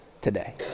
today